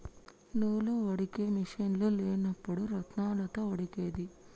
నూలు వడికే మిషిన్లు లేనప్పుడు రాత్నాలతో వడికేది